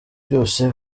byose